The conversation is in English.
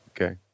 okay